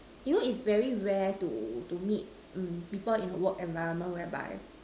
you know it's very rare to to meet um people in a work environment whereby